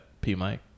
P-Mike